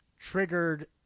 triggered